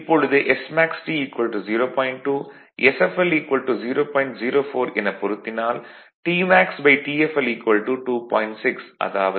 இப்பொழுது smaxT 0